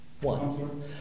One